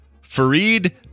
Farid